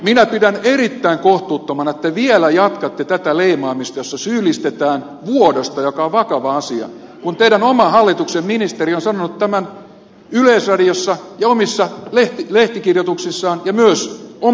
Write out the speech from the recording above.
minä pidän erittäin kohtuuttomana että te vielä jatkatte tätä leimaamista jossa syyllistetään vuodosta joka on vakava asia kun teidän oman hallituksenne ministeri on sanonut tämän yleisradiossa ja omissa lehtikirjoituksissaan ja myös omassa kirjassaan